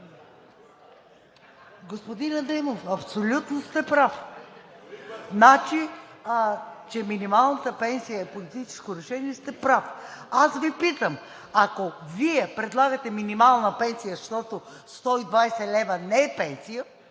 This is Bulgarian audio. Господин Адемов, абсолютно сте прав! Че минималната пенсия е политическо решение, сте прав. Аз Ви питам: ако Вие предлагате минимална пенсия, защото 120 лв. не е пенсия,